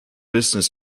business